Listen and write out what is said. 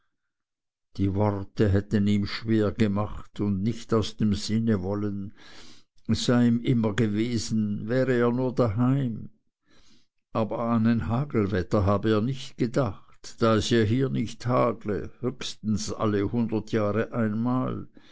die worte hätten ihm schwer gemacht und nicht aus dem sinne wollen es sei ihm immer gewesen wäre er nur daheim aber an ein hagelwetter habe er nicht gedacht da es ja hier nicht hagle höchstens alle hundert jahre einmal